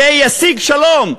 זה ישיג שלום.